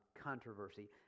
controversy